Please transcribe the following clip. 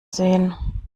sehen